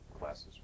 classes